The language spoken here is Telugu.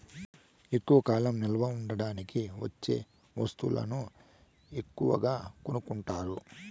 ఎక్కువ కాలం నిల్వ ఉంచడానికి వచ్చే వస్తువులను ఎక్కువగా కొనుక్కుంటారు